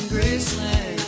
Graceland